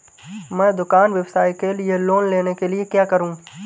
मैं दुकान व्यवसाय के लिए लोंन लेने के लिए क्या करूं?